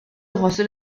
iħossu